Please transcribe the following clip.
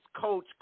Coach